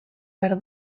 behar